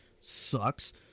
Sucks